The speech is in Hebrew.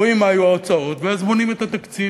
רואים מה היו ההוצאות ואז בונים את התקציב,